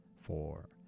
four